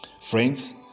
Friends